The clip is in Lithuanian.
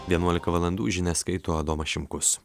vienuolika valandų žinias skaito adomas šimkus